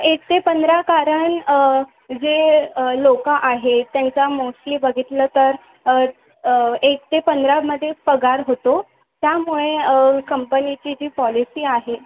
एक ते पंधरा कारण जे लोक आहेत त्यांचा मोस्टली बघितलं तर एक ते पंधरामध्ये पगार होतो त्यामुळे कंपनीची जी पॉलिसी आहे